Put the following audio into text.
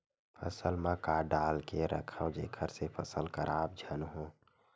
फसल म का डाल के रखव जेखर से फसल खराब झन हो?